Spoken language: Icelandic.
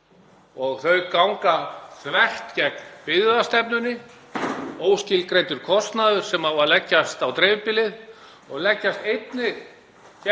og þau ganga þvert gegn byggðastefnunni, þar er óskilgreindur kostnaður sem á að leggjast á dreifbýlið, og leggjast einnig